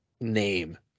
name